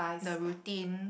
the routine